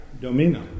Domino